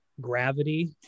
gravity